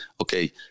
okay